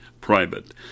private